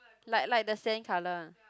like like the sand colour ah